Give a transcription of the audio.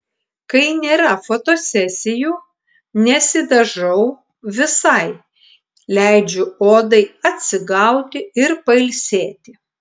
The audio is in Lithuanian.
kai nėra fotosesijų nesidažau visai leidžiu odai atsigauti ir pailsėti